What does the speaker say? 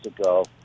ago